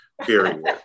period